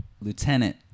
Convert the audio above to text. Lieutenant